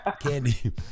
candy